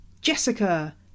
Jessica